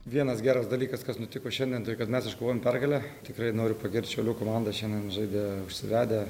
vienas geras dalykas kas nutiko šiandien tai kad mes iškovojom pergalę tikrai noriu pagirt šiaulių komanda šiandien žaidė užsivedę